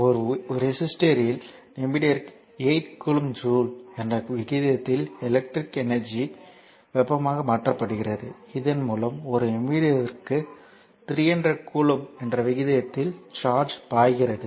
ஒரு ரெஸிஸ்டர் யில் நிமிடத்திற்கு 8 கிலோ ஜூல் என்ற விகிதத்தில் எலக்ட்ரிகல் எனர்ஜி வெப்பமாக மாற்றப்படுகிறது இதன் மூலம் ஒரு நிமிடத்திற்கு 300 கூலொம்ப் என்ற விகிதத்தில் சார்ஜ் பாய்கிறது